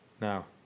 now